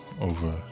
over